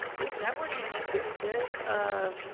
this networking is pretty good.